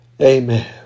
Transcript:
Amen